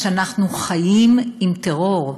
שאנחנו חיים עם טרור.